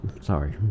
Sorry